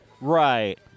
right